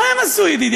מה הם עשו, ידידי?